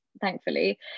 thankfully